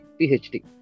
PhD